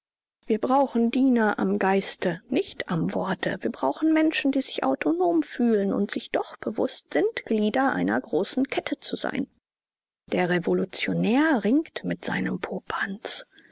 wir brauchen diener am geiste nicht am worte wir brauchen menschen die sich autonom fühlen und sich doch bewußt sind glieder einer großen kette zu sein der revolutionär ringt mit seinem popanz